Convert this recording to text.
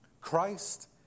Christ